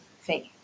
faith